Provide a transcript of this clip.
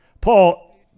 Paul